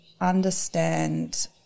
understand